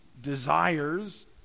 desires